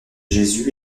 jésus